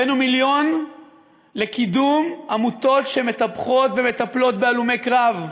הבאנו מיליון לקידום עמותות שמטפחות ומטפלות בהלומי קרב.